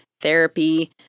therapy